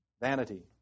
vanity